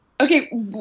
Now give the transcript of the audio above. okay